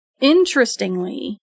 interestingly